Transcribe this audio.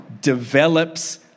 develops